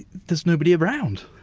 there's nobody around.